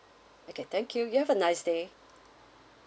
okay thank you you have a nice day